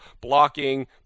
blocking